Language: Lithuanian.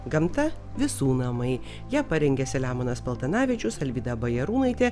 gamta visų namai ją parengė selemonas paltanavičius alvyda bajarūnaitė